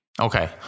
Okay